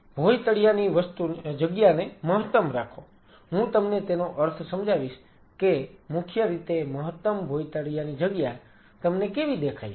ભોયતળીયાની જગ્યાને મહત્તમ રાખો હું તમને તેનો અર્થ સમજાવીશ કે મુખ્યરીતે મહત્તમ ભોયતળીયાની જગ્યા તમને કેવી દેખાય છે